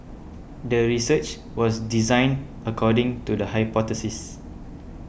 the research was designed according to the hypothesis